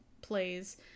plays